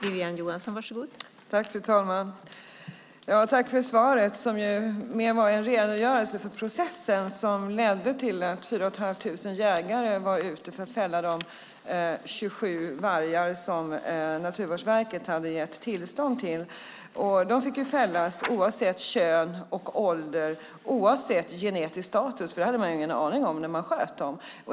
Fru talman! Tack för svaret, som mer var en redogörelse för den process som ledde till att 4 500 jägare var ute för att fälla de 27 vargar som Naturvårdsverket hade gett tillstånd till! De fick fällas oavsett kön och ålder, oavsett genetisk status. För det hade man ingen aning om när man sköt dem.